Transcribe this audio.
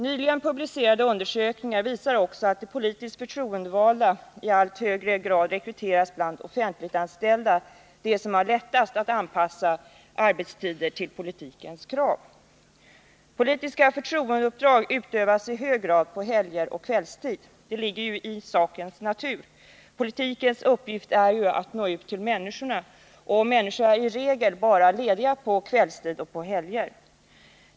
Nyligen publicerade undersökningar visar också att de politiskt förtroendevalda i allt högre grad rekryteras bland offentligt anställda — de som har lättast att anpassa arbetstider till politikens krav. Politiska förtroendeuppdrag utövas i hög grad på helger och kvällstid. Det ligger i sakens natur: politikens uppgift är ju att nå ut till människorna. Och människor är i regel bara lediga på kvällstid och helger.